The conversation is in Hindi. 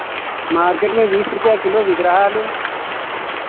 मार्केट में बीस रुपैया किलो बिक रहा आलू